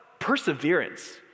perseverance